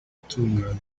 gutunganya